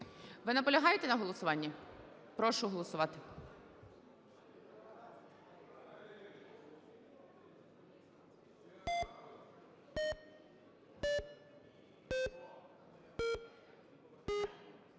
Ви наполягаєте на голосуванні? Прошу голосувати.